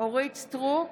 אורית מלכה סטרוק,